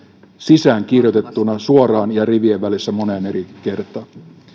sisäänkirjoitettuna suoraan ja rivien välissä moneen eri